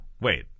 wait